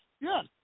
yes